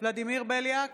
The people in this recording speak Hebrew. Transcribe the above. ולדימיר בליאק,